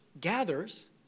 gathers